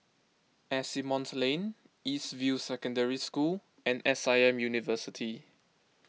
Asimont Lane East View Secondary School and S I M University